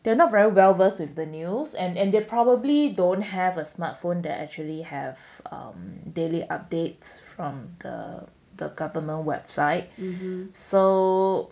they're not very well versed with the news and and they probably don't have a smartphone that actually have daily updates from the the government website so